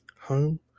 Home